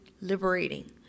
liberating